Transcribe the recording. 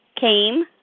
Came